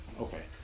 Okay